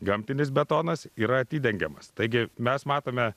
gamtinis betonas yra atidengiamas taigi mes matome